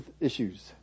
issues